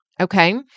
Okay